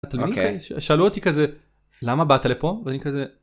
שאלו אותי כזה למה באת לפה.